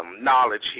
knowledge